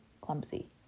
clumsy